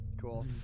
Cool